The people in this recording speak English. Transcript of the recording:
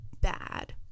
bad